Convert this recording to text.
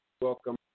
Welcome